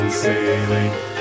sailing